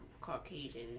Caucasian